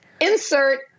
insert